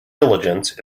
diligence